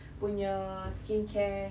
punya skincare